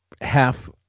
half